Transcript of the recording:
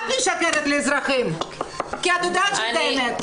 את משקרת לאזרחים, כי את יודעת שזה האמת.